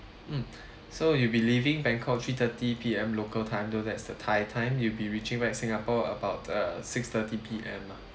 mm so you'll be leaving bangkok three thirty P_M local time so that's the thai time you'll be reaching back singapore about uh six thirty P_M lah